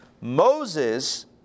Moses